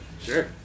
Sure